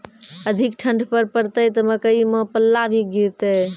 अधिक ठंड पर पड़तैत मकई मां पल्ला भी गिरते?